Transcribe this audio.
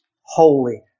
holy